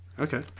Okay